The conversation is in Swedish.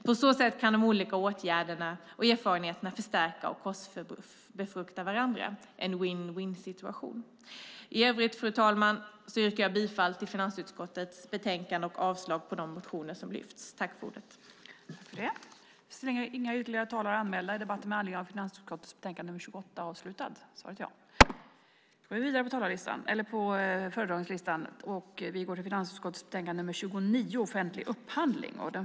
På så sätt kan de olika åtgärderna och erfarenheterna förstärka och korsbefrukta varandra - en win-win-situation.